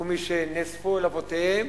ומשנאספו אל אבותיהם